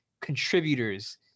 contributors